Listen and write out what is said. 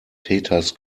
peters